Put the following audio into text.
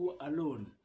alone